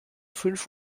fünf